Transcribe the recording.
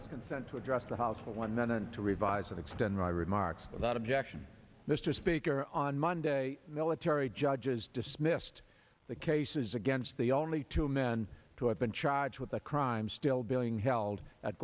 us consent to address the house for one man and to revise and extend my remarks without objection mr speaker on monday military judges dismissed the cases against the only two men to have been charged with a crime still being held at